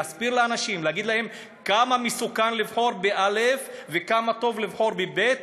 להסביר לאנשים ולהגיד להם כמה מסוכן לבחור בא' וכמה טוב לבחור בב',